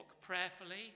prayerfully